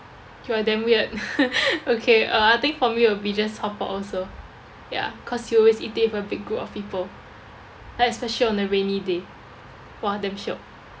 you are damn weird okay uh I think for me it would be just hotpot also ya cause you always eat it with a big group of people ya especially on the rainy day !wah! damn shiok